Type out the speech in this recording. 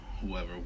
Whoever